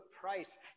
price